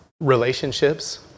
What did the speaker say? relationships